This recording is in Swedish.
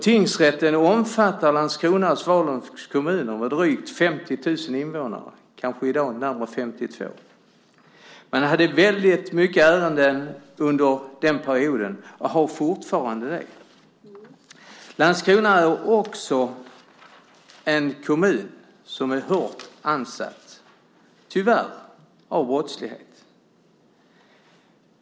Tingsgrätten omfattar Landskronas och Svalövs kommuner med drygt 50 000 invånare - i dag kanske närmare 52 000. Man hade väldigt många ärenden under den perioden, och det har man fortfarande. Landskrona är en kommun som tyvärr är hårt ansatt av brottslighet.